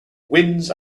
winds